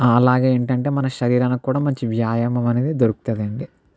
అలాగే ఏంటంటే మన శరీరానికి కూడా మంచి వ్యాయామం అనేది దొరుకుతుంది అండి